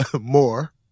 more